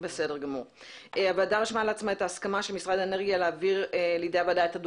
הן מחויבות להעביר לי כל מידע.